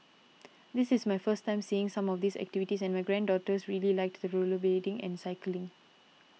this is my first time seeing some of these activities and my granddaughters really liked the rollerblading and cycling